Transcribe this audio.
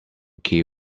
key